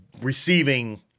receiving